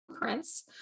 prince